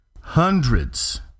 hundreds